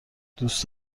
دوست